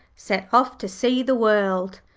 set off to see the world.